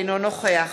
אינו נוכח